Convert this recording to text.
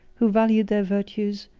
who valued their virtues,